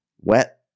wet